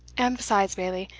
and besides, bailie,